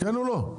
כן או לא?